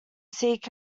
seek